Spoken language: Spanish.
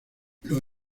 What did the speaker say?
los